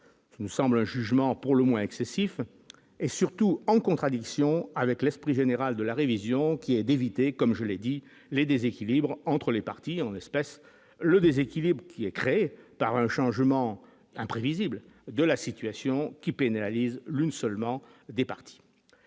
nous semble jugement pour le moins excessif et surtout en contradiction avec l'esprit général de la révision qui est d'éviter, comme je l'ai dit les déséquilibres entre les parties en espèce le déséquilibre qui est créée par un changement imprévisible de la situation qui pénalise l'une seulement des partis